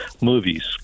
movies